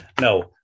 No